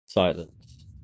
Silence